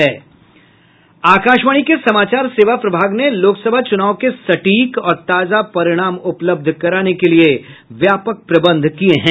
आकाशवाणी के समाचार सेवा प्रभाग ने लोकसभा चुनाव के सटीक और ताजा परिणाम उपलब्ध कराने के लिये व्यापक प्रबंध किये हैं